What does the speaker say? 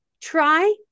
Try